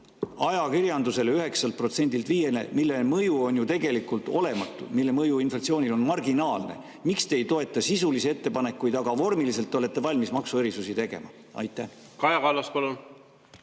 ajakirjandusele 9%-lt 5%-le, mille mõju on ju tegelikult olematu, mille mõju inflatsioonile on marginaalne. Miks te ei toeta sisulisi ettepanekuid, aga vormiliselt olete valmis maksuerisusi tegema? Kaja